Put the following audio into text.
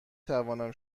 توانم